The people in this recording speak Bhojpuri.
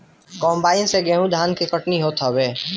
कम्बाइन से गेंहू धान के कटिया होत हवे